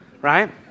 right